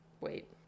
Wait